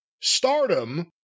Stardom